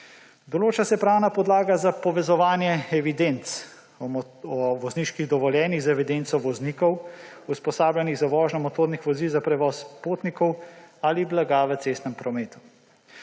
Določa se pravna podlaga za povezovanje evidenc o vozniških dovoljenjih z evidenco voznikov, usposobljenih za vožnjo motornih vozil za prevoz potnikov ali blaga v cestnem prometu.